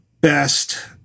best